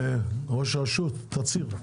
ראש הרשות תצהיר,